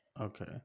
Okay